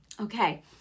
Okay